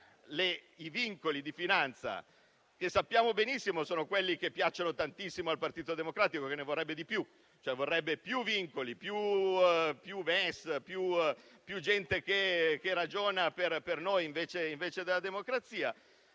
i vincoli di finanza, che sappiamo benissimo essere quelli che piacciono tantissimo al Partito Democratico, che ne vorrebbe di più: vorrebbe più vincoli, più gente che ragiona per noi invece della democrazia.